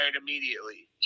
immediately